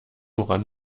woran